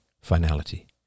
finality